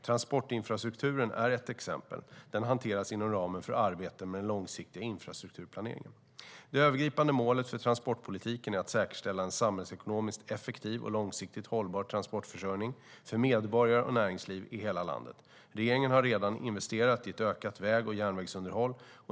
Transportinfrastrukturen är ett exempel. Den hanteras inom ramen för arbetet med den långsiktiga infrastrukturplaneringen. Det övergripande målet för transportpolitiken är att säkerställa en samhällsekonomiskt effektiv och långsiktigt hållbar transportförsörjning för medborgare och näringsliv i hela landet. Regeringen har redan investerat i ett ökat väg och järnvägsunderhåll.